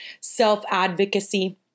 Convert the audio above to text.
self-advocacy